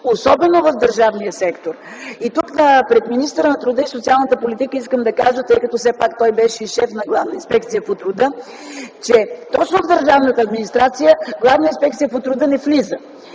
особено в държавния сектор. И тук, пред министъра на труда и социалната политика искам да кажа, тъй като все пак той беше шеф на Главна инспекция по труда, че точно в държавната администрация Главната инспекция по труда не влиза